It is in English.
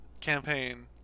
campaign